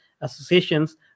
associations